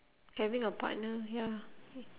having a partner ya